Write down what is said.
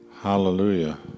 Hallelujah